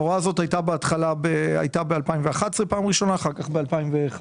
ההוראה הזאת הייתה פעם ראשונה ב-2011 ואחר כך ב-2015,